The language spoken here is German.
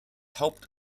haupt